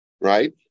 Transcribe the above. right